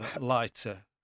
lighter